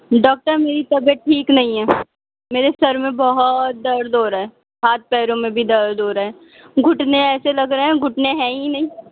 doctor میری طبیعت ٹھیک نہیں ہے میرے سر میں بہت درد ہو رہا ہے ہاتھ پیروں میں بھی درد ہو رہا ہے گُھٹنے ایسے لگ رہے ہیں گُھٹنے ہے ہی نہیں